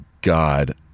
God